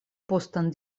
postan